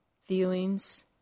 feelings